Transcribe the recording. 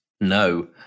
no